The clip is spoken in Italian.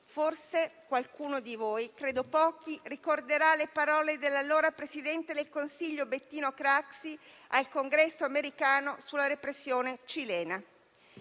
Forse qualcuno di voi, credo pochi, ricorderà le parole dell'allora presidente del Consiglio, Bettino Craxi, al Congresso americano, sulla repressione cilena.